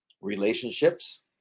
relationships